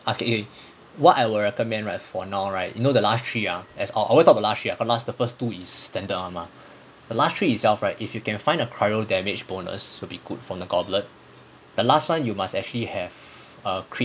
ah okay eh what I will recommend right for now right you know the last three uh as I talk about the last three ah cause the last the first two is standard mah the last three itself right if you can find a cyro damage bonus to be good from the goblet the last [one] you must actually have a crit